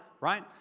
right